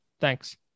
thanks